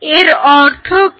এর অর্থ কি